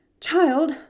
Child